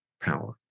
power